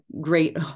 great